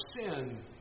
sin